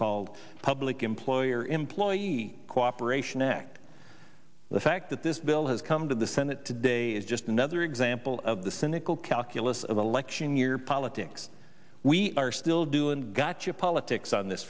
called public employer employee cooperation act the fact that this bill has come to the senate today is just another example of the cynical calculus of election year politics we are still do and gotcha politics on this